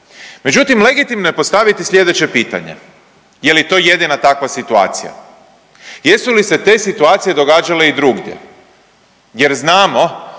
međutim, legitimno je postaviti sljedeće pitanje. Je li to jedina takva situacija? Jesu li se te situacije događale i drugdje jer znamo